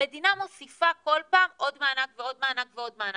המדינה מוסיפה כל פעם עוד מענק ועוד מענק ועוד מענק,